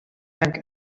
sank